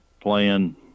playing